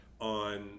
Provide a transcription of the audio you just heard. on